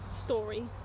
story